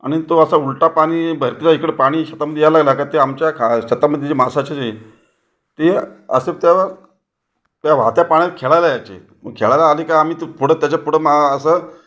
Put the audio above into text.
आणि तो असा उलटा पाणी भरतीला इकडं पाणी शेतामध्ये यायला लागलं का ते आमच्या खा शेतामध्ये जे मासाचे जे ते असं त्यावर त्या वाहत्या पाण्यात खेळायला याचे मग खेळायला आले का आम्ही तर पुढं त्याच्या पुढं मा असं